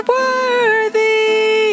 worthy